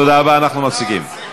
אדוני, לשאול,